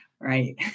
Right